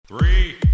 Three